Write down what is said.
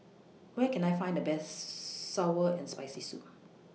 Where Can I Find The Best Sour and Spicy Soup